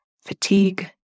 fatigue